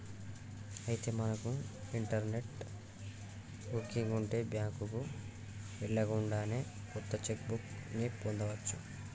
అయితే మనకు internet booking ఉంటే బ్యాంకుకు వెళ్ళకుండానే కొత్త చెక్ బుక్ ని పొందవచ్చు